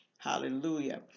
Hallelujah